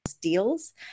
deals